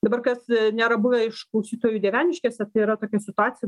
dabar kas nėra buvę iš klausytojų dieveniškėse yra tokia situacija